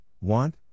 want